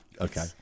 Okay